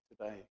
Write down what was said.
today